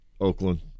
Oakland